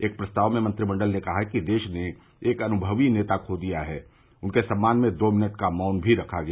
एक प्रस्ताव में मंत्रिमंडल ने कहा कि देश ने एक अनुमवी नेता खो दिया है उनके सम्मान में दो मिनट का मौन रखा गया